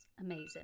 amazing